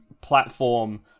platform